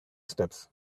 steps